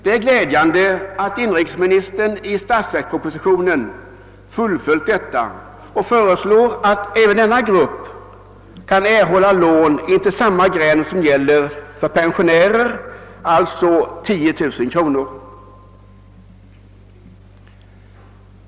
Det är glädjande att inrikesministern i statsverkspropositionen fullföljt denna avsikt och föreslår att denna grupp skall kunna erhålla lån intill samma gräns som gäller för pensionärer, alltså 10 000 kronor.